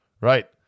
Right